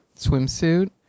swimsuit